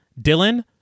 Dylan